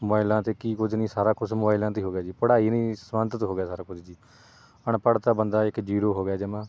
ਮੋਬਾਈਲਾਂ 'ਤੇ ਕੀ ਕੁਝ ਨਹੀਂ ਸਾਰਾ ਕੁਛ ਮੋਬਾਇਲਾਂ 'ਤੇ ਹੀ ਹੋ ਗਿਆ ਜੀ ਪੜ੍ਹਾਈ ਨੇ ਹੀ ਸਬੰਧਿਤ ਹੋ ਗਿਆ ਸਾਰਾ ਕੁਝ ਜੀ ਅਣਪੜ੍ਹ ਤਾਂ ਬੰਦਾ ਇੱਕ ਜੀਰੋ ਹੋ ਗਿਆ ਜਮ੍ਹਾ